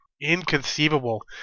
inconceivable